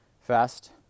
fast